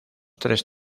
tres